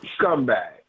scumbag